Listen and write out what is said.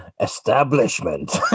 establishment